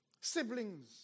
siblings